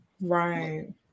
Right